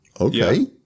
Okay